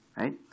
Right